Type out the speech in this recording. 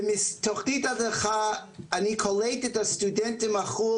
ובתוכנית אני קולט את הסטודנטים בחו"ל